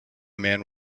man